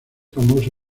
famoso